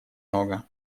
много